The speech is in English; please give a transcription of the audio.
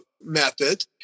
method